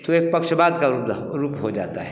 तो एक पक्ष बात का रुक जाओ रूप हो जाता है